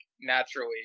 naturally